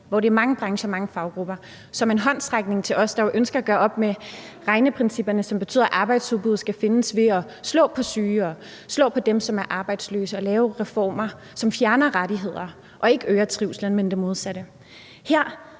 hvor der er mange brancher og mange faggrupper, som en håndsrækning til os, der ønsker at gøre op med regneprincipperne, som betyder, at arbejdsudbuddet skal findes ved at slå på syge, slå på dem, som er arbejdsløse, og lave reformer, som fjerner rettigheder og ikke øger trivslen, men det modsatte.